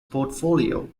portfolio